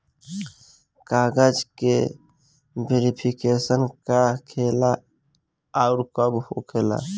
कागज के वेरिफिकेशन का हो खेला आउर कब होखेला?